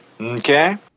Okay